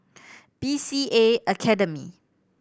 B C A Academy